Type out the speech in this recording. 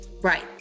right